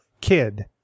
kid